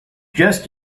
just